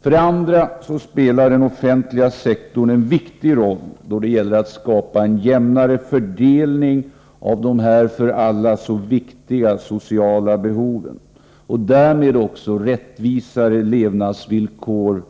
För det andra spelar den offentliga sektorn en viktig roll då det gäller att skapa en jämnare fördelning av de för alla så angelägna sociala behoven och därmed också rättvisare levnadsvillkor